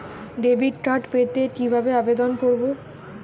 Debit card পেতে কিভাবে আবেদন করব?